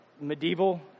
Medieval